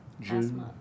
June